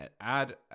add